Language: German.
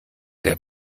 der